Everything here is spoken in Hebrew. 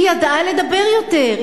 היא ידעה לדבר יותר,